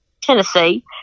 Tennessee